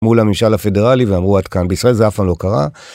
מול הממשל הפדרלי ואמרו עד כאן. בישראל זה אף פעם לא קרה